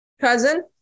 cousin